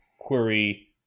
query